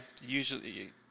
usually